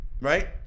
right